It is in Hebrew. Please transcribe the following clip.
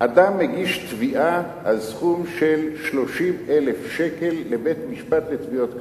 אדם הגיש תביעה על סכום של 30,000 שקל לבית-משפט לתביעות קטנות.